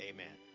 Amen